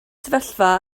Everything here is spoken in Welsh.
sefyllfa